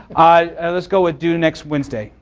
ah let's go with due next wednesday.